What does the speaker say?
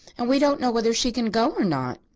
and we don't know whether she can go or not.